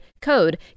code